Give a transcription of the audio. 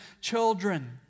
children